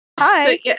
Hi